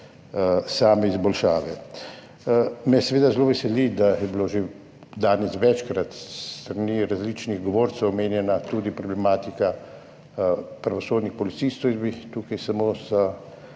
same izboljšave. Zelo me veseli, da je bila že danes večkrat s strani različnih govorcev omenjena tudi problematika pravosodnih policistov. Jaz bi tukaj samo